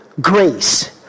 grace